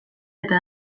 eta